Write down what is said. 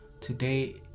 Today